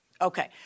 Okay